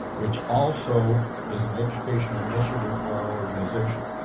which also is an education initiative for our organization.